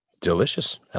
Delicious